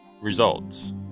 results